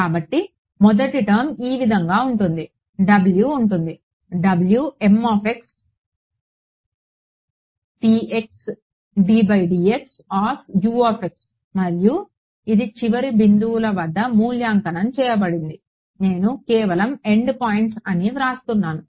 కాబట్టి మొదటి టర్మ్ ఈ విధంగా ఉంటుంది W ఉంటుంది Wm p x d by dx of U x మరియు ఇది చివరి బిందువుల వద్ద మూల్యాంకనం చేయబడింది నేను కేవలం ఎండ్ పాయింట్స్ అని వ్రాస్తున్నాను